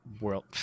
World